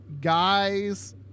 guys